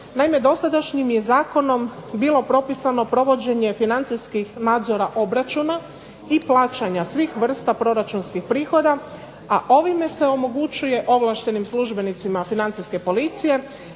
Naime, dosadašnjim je zakonom bilo propisano provođenje financijskih nadzora obračuna i plaćanja svih vrsta proračunskih prihoda, a ovime se omogućuje ovlaštenim službenicima Financijske policije